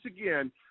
again